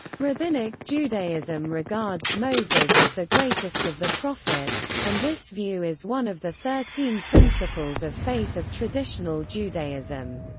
rabbinic judaism regards moses as the greatest of the prophets, and this view is one of the thirteen principles of faith of traditional judaism.